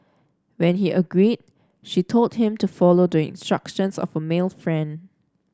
when he agreed she told him to follow doing instructions of a male friend